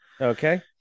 okay